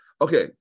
Okay